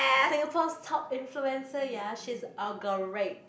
Singapore's top influencer ya she's uh great